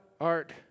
art